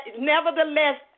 nevertheless